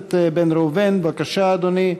הכנסת בן ראובן, בבקשה, אדוני.